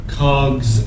cogs